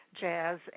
Jazz